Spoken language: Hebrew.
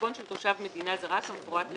כחשבון של תושב מדינה זרה, כמפורט להלן: